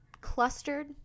clustered